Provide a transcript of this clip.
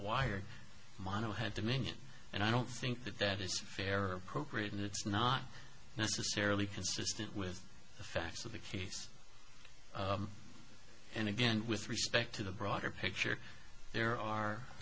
wired mano had to mean it and i don't think that it's fair or appropriate and it's not necessarily consistent with the facts of the case and again with respect to the broader picture there are